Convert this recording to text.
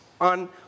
on